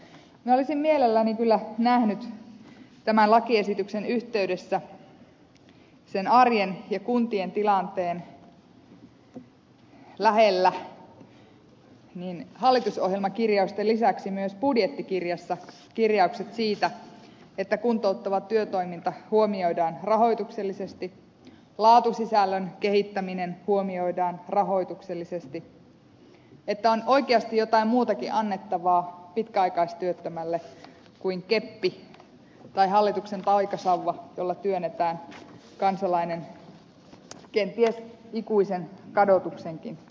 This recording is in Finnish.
minä olisin mielelläni kyllä nähnyt tämän lakiesityksen yhteydessä sen arjen ja kuntien tilanteen lähellä hallitusohjelman kirjausten lisäksi myös budjettikirjaukset siitä että kuntouttava työtoiminta huomioidaan rahoituksellisesti laatusisällön kehittäminen huomioidaan rahoituksellisesti että on oikeasti jotain muutakin annettavaa pitkäaikaistyöttömälle kuin keppi tai hallituksen taikasauva jolla työnnetään kansalainen kenties ikuisen kadotuksenkin polulle